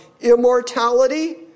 immortality